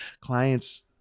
clients